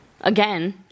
again